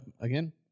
again